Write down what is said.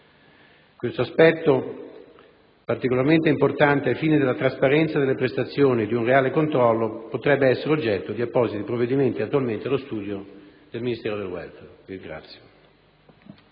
Questo aspetto, particolarmente importante ai fini della trasparenza delle prestazioni e di un reale controllo, potrebbe essere oggetto di appositi provvedimenti attualmente allo studio di questo Ministero.